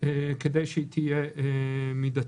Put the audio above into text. כדי שהיא תהיה מידתית.